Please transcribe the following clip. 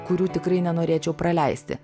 kurių tikrai nenorėčiau praleisti